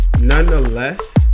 nonetheless